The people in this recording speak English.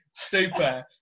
Super